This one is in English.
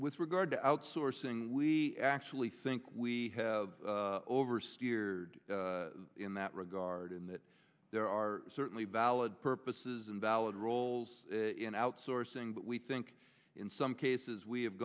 with regard to outsourcing we actually think we have oversteer in that regard in that there are certainly valid purposes and valid roles in outsourcing but we think in some cases we have